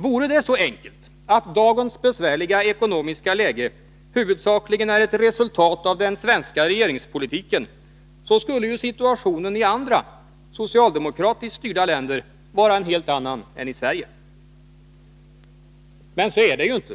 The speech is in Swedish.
Vore det så enkelt att dagens besvärliga ekonomiska läge huvudsakligen är ett resultat av den svenska regeringspolitiken, så skulle situationen i andra, socialdemokratiskt styrda länder vara en helt annan än i Sverige. Men så är det ju inte.